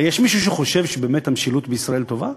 יש מישהו שחושב שבאמת המשילות בישראל טובה?